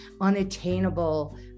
unattainable